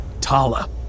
Tala